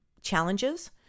challenges